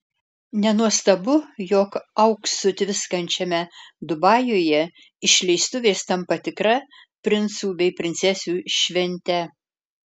nenuostabu jog auksu tviskančiame dubajuje išleistuvės tampa tikra princų bei princesių švente